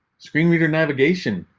screen reader navigation.